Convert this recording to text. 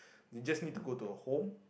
you just need to go to a home